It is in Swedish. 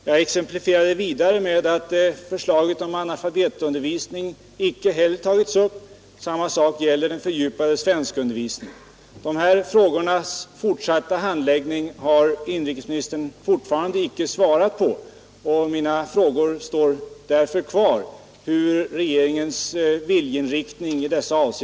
Jag exemplifierade vidare med att förslaget om analfabetundervisning icke heller tagits upp, och samma sak Frågorna om de här problemens handläggning har inrikesministern icke svarat på, och mina frågor om regeringens viljeinriktning härvidlag står därför kvar.